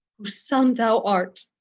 whose son thou art,